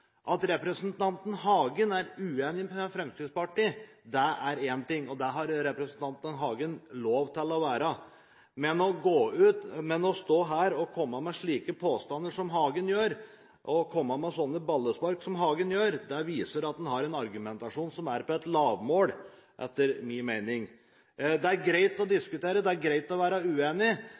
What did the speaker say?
At representanten Hagen er uenig med Fremskrittspartiet, er én ting – det har representanten Hagen lov til å være – men å stå her og komme med slike påstander, komme med slike ballespark, som Hagen gjør, viser at han har en argumentasjon som er på et lavmål, etter min mening. Det er greit å diskutere, det er greit å være uenig,